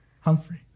Humphrey